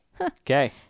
Okay